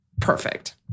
Perfect